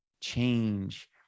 change